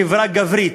חברה גברית,